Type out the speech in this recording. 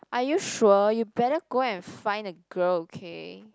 are you sure you better go and find a girl okay